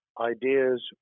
ideas